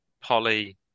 Polly